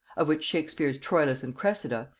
of which shakespeare's troilus and cressida,